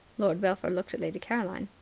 lord belpher looked at lady caroline.